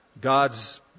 God's